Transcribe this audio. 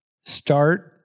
start